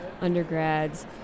undergrads